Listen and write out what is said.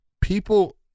people